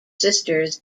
sisters